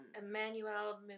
Emmanuel